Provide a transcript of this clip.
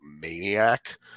maniac